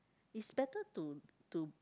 it's better to to